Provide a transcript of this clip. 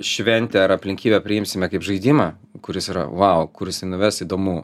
šventę ar aplinkybę priimsime kaip žaidimą kuris yra vau kur jis nuves įdomu